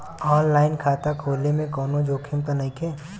आन line खाता खोले में कौनो जोखिम त नइखे?